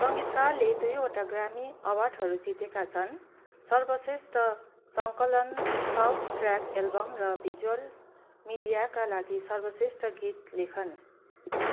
सङ्गीतकारले दुईवटा ग्रामी अवार्डहरू जितेका छन् सर्वश्रेष्ठ सङ्कलन साउन्डट्र्याक एल्बम र भिजुअल मिडियाका लागि सर्वश्रेष्ठ गीत लेखन